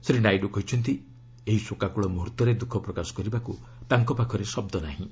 ଶ୍ରୀ ନାଇଡୁ କହିଛନ୍ତି ଏହି ଶୋକାକୂଳ ମୁହୂର୍ତ୍ତରେ ଦୁଃଖ ପ୍ରକାଶ କରିବାକୁ ତାଙ୍କ ପାଖରେ ଶବ୍ଦ ନାହିଁ